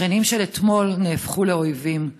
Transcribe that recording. שכנים של אתמול נהפכו לאויבים.